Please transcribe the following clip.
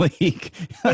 league